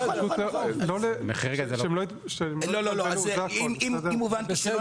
נכון, נכון, לא לא לא, אם הבנתי לא נכון.